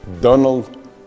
Donald